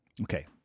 Okay